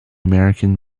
american